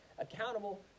accountable